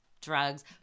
drugs